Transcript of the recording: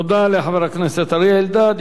תודה לחבר הכנסת אריה אלדד.